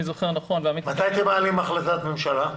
מתי אתם מעלים החלטת ממשלה?